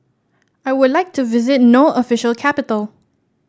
I would like to visit No official capital